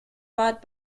bought